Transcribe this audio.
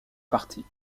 partie